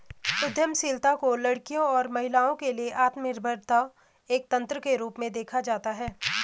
उद्यमशीलता को लड़कियों और महिलाओं के लिए आत्मनिर्भरता एक तंत्र के रूप में देखा जाता है